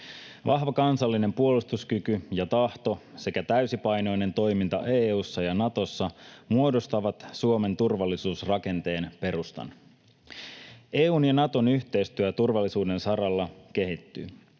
Vahva kansallinen puolustuskyky ja -tahto sekä täysipainoinen toiminta EU:ssa ja Natossa muodostavat Suomen turvallisuusrakenteen perustan. EU:n ja Naton yhteistyö turvallisuuden saralla kehittyy.